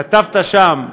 כתבת שם: